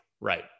Right